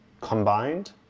combined